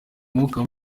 umwuka